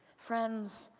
friends,